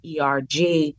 ERG